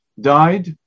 died